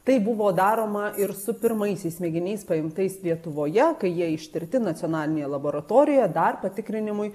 tai buvo daroma ir su pirmaisiais mėginiais paimtais lietuvoje kai jie ištirti nacionalinėje laboratorijoje dar patikrinimui